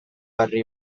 harri